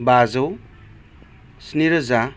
बाजौ स्निरोजा